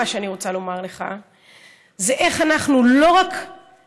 מה שאני רוצה לומר לך זה איך אנחנו לא רק,